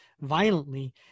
violently